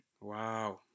Wow